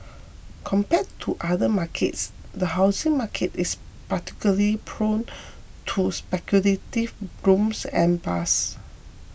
compared to other markets the housing market is particularly prone to speculative booms and bus